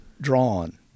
drawn